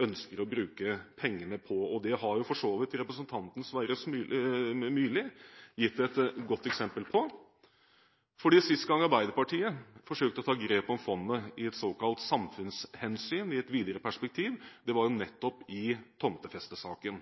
ønsker å bruke pengene på? Det har for så vidt representanten Sverre Myrli gitt et godt eksempel på. For sist gang Arbeiderpartiet forsøkte å ta grep om fondet i et såkalt samfunnshensyn i et videre perspektiv, var nettopp i tomtefestesaken.